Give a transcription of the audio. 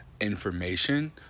information